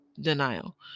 denial